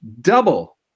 double